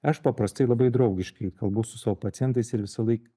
aš paprastai labai draugiškai kalbu su savo pacientais ir visąlaik